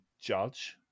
judge